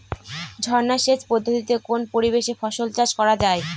ঝর্না সেচ পদ্ধতিতে কোন পরিবেশে ফসল চাষ করা যায়?